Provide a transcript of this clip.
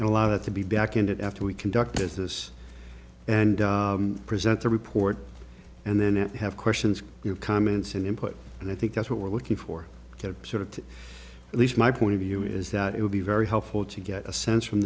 and a lot of to be back in it after we conduct business and present the report and then it have questions comments and input and i think that's what we're looking for that sort of at least my point of view is that it would be very helpful to get a sense from